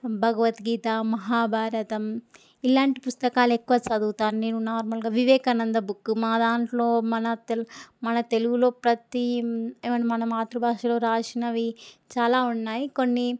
భగవద్గీత మహాభారతం ఇలాంటి పుస్తకాలు ఎక్కువ చదువుతాను నేను నార్మల్గా వివేకానంద బుక్కు మా దాంట్లో మన తెలు మన తెలుగులో ప్రతీ ఏదన్నా మన మాతృభాషలో రాసినవి చాలా ఉన్నాయి కొన్ని